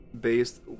based